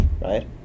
right